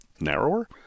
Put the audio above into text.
narrower